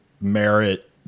merit